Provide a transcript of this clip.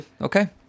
okay